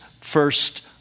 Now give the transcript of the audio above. first